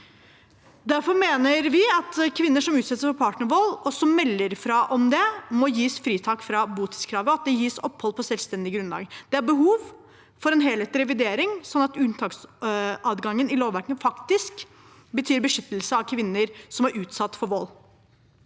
Derfor mener vi at kvinner som utsettes for partnervold, og som melder fra om det, må gis fritak fra botidskravet, og at de gis opphold på selvstendig grunnlag. Det er behov for en helhetlig revidering slik at unntaksadgangen i lovverket faktisk betyr beskyttelse av kvinner som er utsatt for vold